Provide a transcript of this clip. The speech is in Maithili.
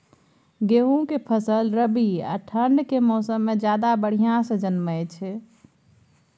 गेहूं के फसल रबी आ ठंड के मौसम में ज्यादा बढ़िया से जन्में छै?